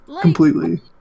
completely